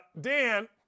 Dan